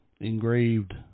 Engraved